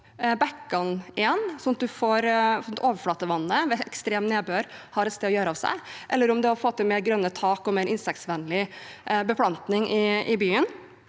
bekkene igjen, slik at overflatevannet ved ekstrem nedbør har et sted å gjøre av seg, eller om det er å få til flere grønne tak og mer insektsvennlig beplantning i byen.